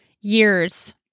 years